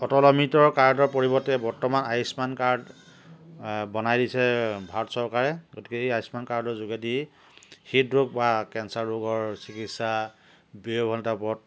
অটল অমৃতৰ কাৰ্ডৰ পৰিৱৰ্তে বৰ্তমান আয়ুস্মান কাৰ্ড বনাই দিছে ভাৰত চৰকাৰে গতিকে এই আয়ুস্মান কাৰ্ডৰ যোগেদি হৃদৰোগ বা কেঞ্চাৰ ৰোগৰ চিকিৎসা